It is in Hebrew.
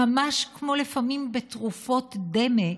ממש כמו לפעמים בתרופות דמה,